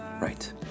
right